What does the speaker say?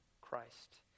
Christ